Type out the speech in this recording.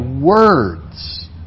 words